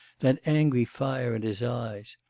that angry fire in his eyes?